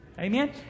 Amen